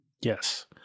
Yes